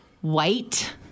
White